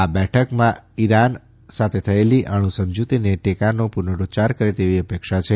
આ બેઠકમાં ઈરાન સાથે થયેલી અણુ સમજૂતીને ટેકાનો પુનરૂચ્યાર કરે તેવી અપેક્ષા છે